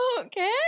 Okay